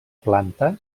planta